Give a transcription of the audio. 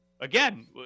again